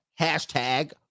Hashtag